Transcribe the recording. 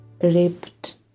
raped